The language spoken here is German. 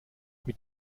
mit